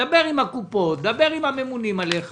תדבר עם הממונים עליך